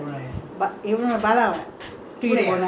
பெரிய அண்ணிக்கு உன் மேல ரொம்ப:periya anniki un maela romba sayang